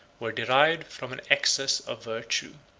were derived from an excess of virtue.